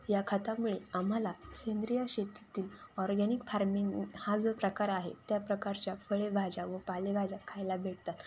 या खतामुळे आम्हाला सेंद्रिय शेतीतील ऑरगॅनिक फार्मिंग हा जो प्रकार आहे त्या प्रकारच्या फळेभाज्या व पालेभाज्या खायला भेटतात